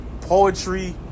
poetry